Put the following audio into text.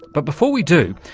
but before we do,